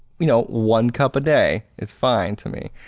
you know, one cup a day it's fine to me,